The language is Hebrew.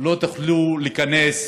לא תוכלו להיכנס